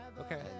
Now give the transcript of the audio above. Okay